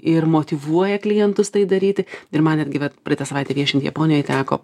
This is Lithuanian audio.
ir motyvuoja klientus tai daryti ir man netgi vat praeitą savaitę viešint japonijoj teko